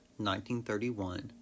1931